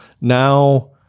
now